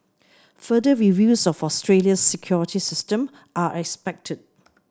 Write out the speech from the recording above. further reviews of Australia's security system are expected